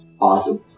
Awesome